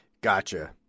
Gotcha